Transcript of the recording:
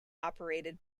operated